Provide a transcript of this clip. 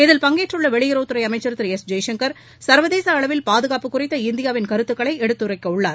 இதில் பங்கேற்றுள்ள வெளியுறவுத்துறை அமைச்சர் திரு எஸ் ஜெய்சங்கர் சர்வதேச அளவில் பாதுகாப்பு குறித்த இந்தியாவின் கருத்துகளை எடுத்துரைக்கவுள்ளார்